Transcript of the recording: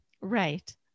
Right